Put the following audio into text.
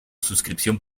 suscripción